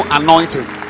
anointing